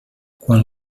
quan